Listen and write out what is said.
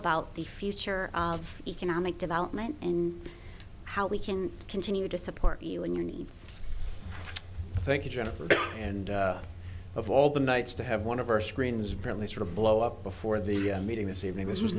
about the future of economic development and how we can continue to support you and your needs thank you jennifer and of all the nights to have one of our screens apparently sort of blow up before the meeting this evening